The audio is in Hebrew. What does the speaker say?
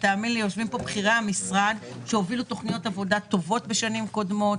יושבים פה בכירי המשרד שהובילו תכניות עבודה טובות בשנים קודמות.